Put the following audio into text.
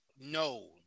No